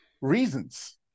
reasons